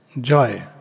joy